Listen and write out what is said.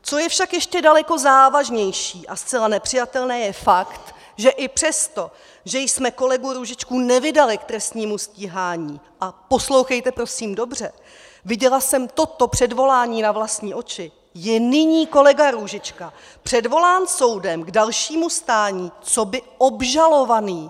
Co je však ještě daleko závažnější a zcela nepřijatelné, je fakt, že i přesto, že jsme kolegu Růžičku nevydali k trestnímu stíhání a poslouchejte prosím dobře, viděla jsem toto předvolání na vlastní oči je nyní kolega Růžička předvolán soudem k dalšímu stání coby obžalovaný!